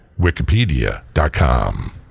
Wikipedia.com